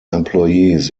employees